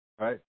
right